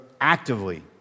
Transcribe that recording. actively